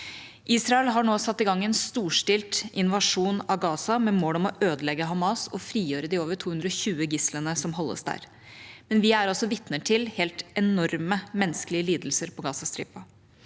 Israel har nå satt i gang en storstilt invasjon av Gaza, med mål om å ødelegge Hamas og frigjøre de over 220 gislene som holdes der. Vi er altså vitne til helt enorme menneskelige lidelser på Gazastripen.